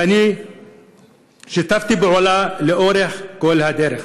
ואני שיתפתי פעולה לאורך כל הדרך.